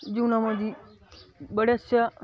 जीवनामध्ये बऱ्याचशा